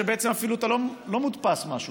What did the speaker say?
שבעצם אפילו לא מודפס משהו.